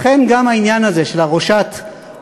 לכן גם העניין הזה של ראשת המפלגה,